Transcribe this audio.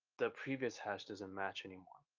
the previous hash doesn't match anymore,